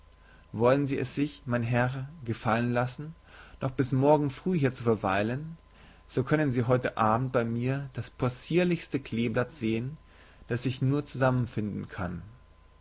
wollen sie es sich mein herr gefallen lassen noch bis morgen früh hier zu verweilen so können sie heute abend bei mir das possierlichste kleeblatt sehen das sich nur zusammenfinden kann